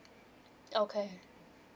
okay